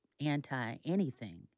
anti-anything